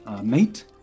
mate